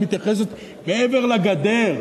מתייחסת מעבר לגדר.